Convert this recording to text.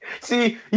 See